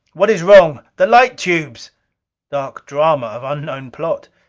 what is wrong? the light tubes dark drama of unknown plot!